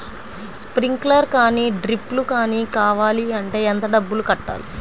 Sprinkler కానీ డ్రిప్లు కాని కావాలి అంటే ఎంత డబ్బులు కట్టాలి?